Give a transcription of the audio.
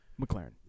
McLaren